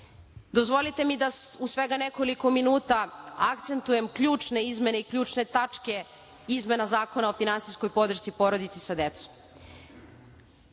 decom. Dozvolite mi da u svega nekoliko minuta akcentujem ključne izmene i ključne tačke izmene Zakona o finansijskoj podršci porodici sa decom.